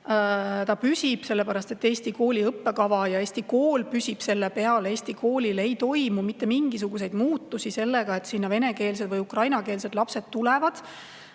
Ta püsib, sellepärast, et Eesti kooli õppekava ja Eesti kool püsib selle peal. Eesti kooli jaoks ei toimu mitte mingisuguseid muudatusi seoses sellega, et sinna venekeelsed või ukrainakeelsed lapsed tulevad.